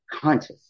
conscious